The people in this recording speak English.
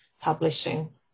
Publishing